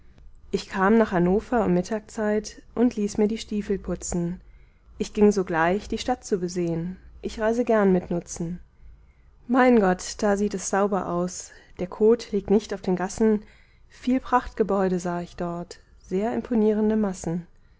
ich kam nach hannover um mittagzeit und ließ mir die stiefel putzen ich ging sogleich die stadt zu besehn ich reise gern mit nutzen mein gott da sieht es sauber aus der kot liegt nicht auf den gassen viel prachtgebäude sah ich dort sehr imponierende massen